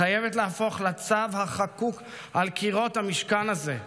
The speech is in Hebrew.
חייבת להפוך לצו החקוק על קירות המשכן הזה.